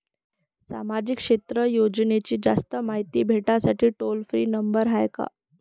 सामाजिक क्षेत्र योजनेची जास्त मायती भेटासाठी टोल फ्री नंबर हाय का?